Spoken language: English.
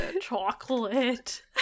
chocolate